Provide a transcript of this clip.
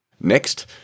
Next